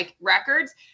records